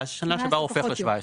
זו השנה שבה הוא הופך ל-17.